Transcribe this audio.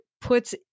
puts